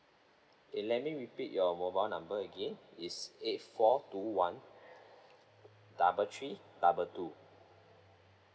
K let me repeat your mobile number again it's eight four two one double three double two